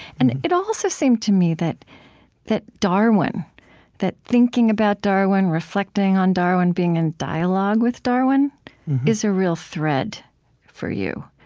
and it also also seemed to me that that darwin that thinking about darwin, reflecting on darwin, being in dialogue with darwin is a real thread for you.